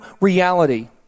reality